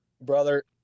Brother